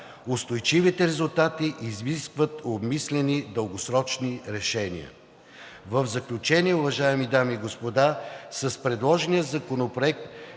Устойчивите резултати изискват обмислени дългосрочни решения. В заключение, уважаеми дами и господа, с предложения законопроект